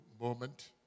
moment